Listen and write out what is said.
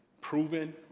proven